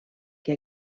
que